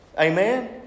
Amen